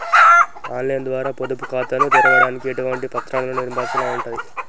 On line ద్వారా పొదుపు ఖాతాను తెరవడానికి ఎటువంటి పత్రాలను నింపాల్సి ఉంటది?